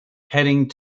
heading